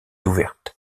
ouverte